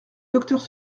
docteurs